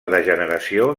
degeneració